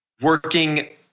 working